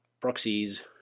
proxies